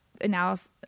analysis